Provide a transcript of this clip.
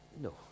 No